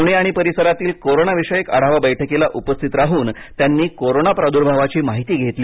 पुणे आणि परिसरातील कोरोना विषयक आढावा बैठकीला उपस्थित राहून त्यांनी कोरोना प्रादुर्भावाची माहिती घेतली